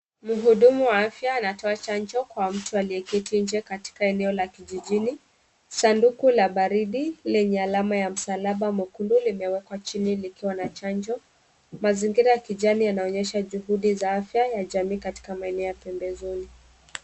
Mhudumu wa afya anatoa chanjo kwa mtu aliyeketi nje katika eneo la kijijini ,sanduku la baridi lenye alama ya msalaba mwekundu limewekwa chini likiwa na chanjo , mazingira ya kijani yanaonyesha juhudi za afya katika maeneo pembezoni.